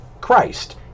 Christ